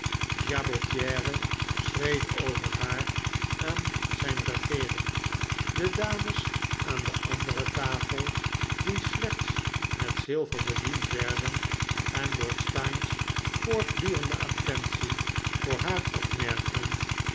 jabotiere schreef over haar aan zijn regeering de dames aan de andere tafel die slechts met zilver bediend werden en lord steyne's voortdurende attentie voor haar opmerkten